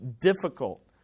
difficult